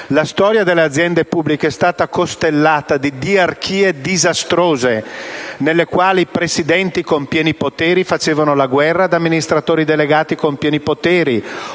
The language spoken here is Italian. La storia delle aziende pubbliche è stata costellata di diarchie disastrose, nelle quali presidenti con pieni poteri facevano la guerra ad amministratori delegati con pieni poteri